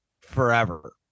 forever